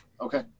Okay